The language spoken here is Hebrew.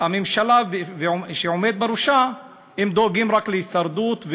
הממשלה והעומד בראשה דואגים רק להישרדות,